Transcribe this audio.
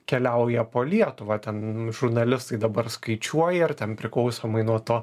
keliauja po lietuvą ten žurnalistai dabar skaičiuoja ar ten priklausomai nuo to